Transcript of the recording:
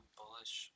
bullish